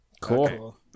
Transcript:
Cool